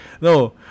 No